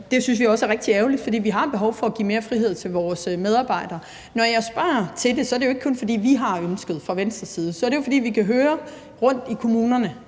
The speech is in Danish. Det synes vi også er rigtig ærgerligt, for vi har behov for at give mere frihed til vores medarbejdere. Når jeg spørger til det, er det jo ikke kun, fordi vi har ønsket det fra Venstres side. Så er det jo, fordi vi kan høre rundt i kommunerne,